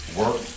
work